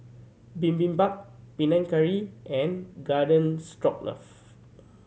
Bibimbap Panang Curry and Garden Stroganoff